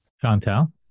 Chantal